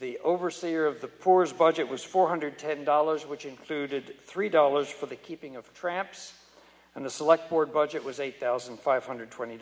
the overseer of the poor as budget was four hundred ten dollars which included three dollars for the keeping of traps and the select board budget was eight thousand five hundred twenty